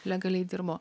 legaliai dirbo